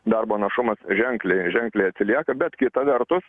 darbo našumas ženkliai ženkliai atsilieka bet kita vertus